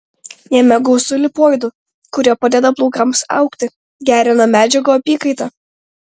jame gausu lipoidų kurie padeda plaukams augti gerina medžiagų apykaitą